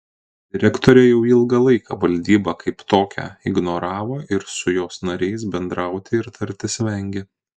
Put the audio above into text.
direktorė jau ilgą laiką valdybą kaip tokią ignoravo ir su jos nariais bendrauti ir tartis vengė